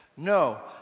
No